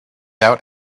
out